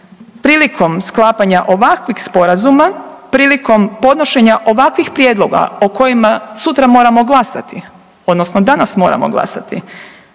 prilikom sklapanja ovakvih sporazuma, prilikom podnošenja ovakvih prijedloga o kojima sutra moramo glasati odnosno danas moramo glasati